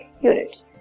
units